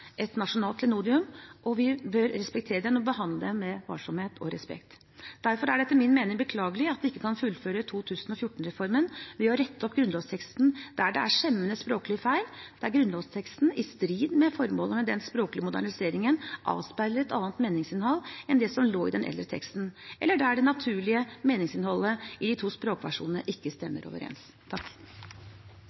et nasjonalt klenodium, og vi bør behandle den med varsomhet og respekt. Derfor er det etter min mening beklagelig at vi ikke kan fullføre 2014-reformen ved å rette opp grunnlovsteksten der det er skjemmende språklige feil, der grunnlovsteksten – i strid med formålet med den språklige moderniseringen – avspeiler et annet meningsinnhold enn det som lå i den eldre teksten, eller der det naturlige meningsinnholdet i de to språkversjonene ikke stemmer overens.